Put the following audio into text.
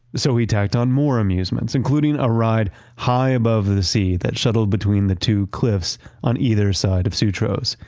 so he tacked on more amusements including a ride high above the sea that shuttled between the two cliffs on either side of sutro's.